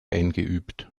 eingeübt